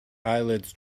eyelids